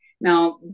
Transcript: Now